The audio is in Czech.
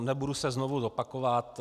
Nebudu se znovu opakovat.